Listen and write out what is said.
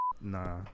Nah